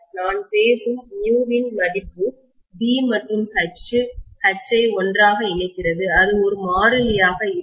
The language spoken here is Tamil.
நான் பேசும் μ வின் மதிப்பு B மற்றும் H ஐ ஒன்றாக இணைக்கிறது அது ஒரு மாறிலியாக இருக்காது